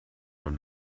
von